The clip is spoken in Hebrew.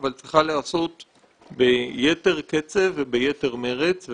אבל צריכה להיעשות ביתר קצב וביתר מרץ.